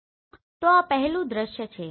તો આ પહેલુ દ્રશ્ય છે